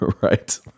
Right